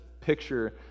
picture